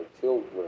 children